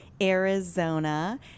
Arizona